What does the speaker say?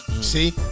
See